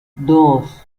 dos